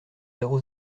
zéro